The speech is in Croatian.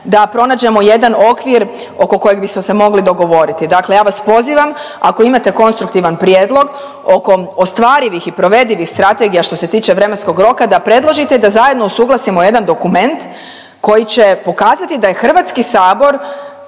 da pronađemo jedan okvir oko kojeg bismo se mogli dogovoriti. Dakle, ja vas pozivam ako imate konstruktivan prijedlog oko ostvarivih i provedivih strategija što se tiče vremenskog roka da predložite i da zajedno usuglasimo jedan dokument koji će pokazati da je HS tu kada